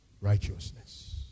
righteousness